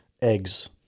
eggs